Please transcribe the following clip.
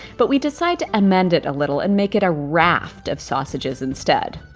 but we decide to amend it a little and make it a raft of sausages instead.